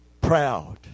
proud